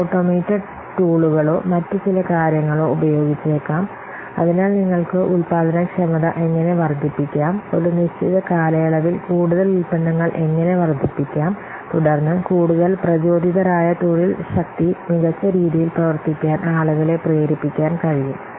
ചില ഓട്ടോമേറ്റഡ് ടൂളുകളോ മറ്റ് ചില കാര്യങ്ങളോ ഉപയോഗിച്ചേക്കാം അതിനാൽ നിങ്ങൾക്ക് ഉൽപാദനക്ഷമത എങ്ങനെ വർദ്ധിപ്പിക്കാം ഒരു നിശ്ചിത കാലയളവിൽ കൂടുതൽ ഉൽപ്പന്നങ്ങൾ എങ്ങനെ വർദ്ധിപ്പിക്കാം തുടർന്ന് കൂടുതൽ പ്രചോദിതരായ തൊഴിൽ ശക്തി മികച്ച രീതിയിൽ പ്രവർത്തിക്കാൻ ആളുകളെ പ്രേരിപ്പിക്കാൻ കഴിയും